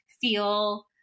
feel